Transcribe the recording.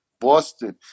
boston